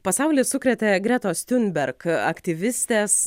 pasaulį sukrėtė gretos tiunberg aktyvistės